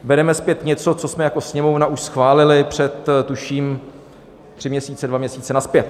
Bereme zpět něco, co jsme jako Sněmovna už schválili, tuším tři měsíce, dva měsíce nazpět.